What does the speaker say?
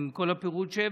עם כל הפירוט שהבאת,